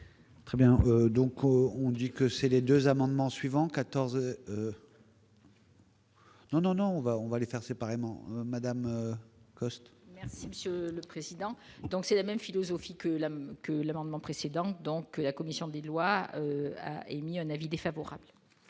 Très bien, donc on, on dit que c'est les 2 amendements suivants 14. Non, on va, on va les faire séparément Madame Coste. Merci monsieur le président, donc c'est la même philosophie que l'homme que l'amendement précédente donc la commission des lois a émis un avis défavorable.